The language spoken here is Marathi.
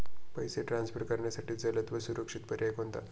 पैसे ट्रान्सफर करण्यासाठी जलद व सुरक्षित पर्याय कोणता?